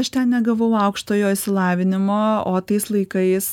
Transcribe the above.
aš ten negavau aukštojo išsilavinimo o tais laikais